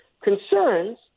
concerns